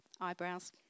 eyebrows